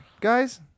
guys